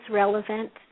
relevant